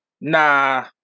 Nah